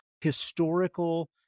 historical